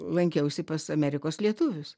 lankiausi pas amerikos lietuvius